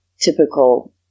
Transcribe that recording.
typical